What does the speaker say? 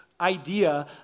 idea